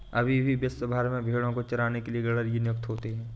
अभी भी विश्व भर में भेंड़ों को चराने के लिए गरेड़िए नियुक्त होते हैं